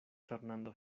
fernando